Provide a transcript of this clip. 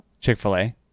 Chick-fil-A